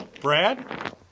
Brad